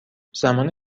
زمان